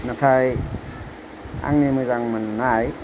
नाथाय आंनि मोजां मोननाय